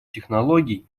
технологии